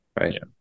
right